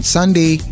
Sunday